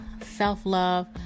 self-love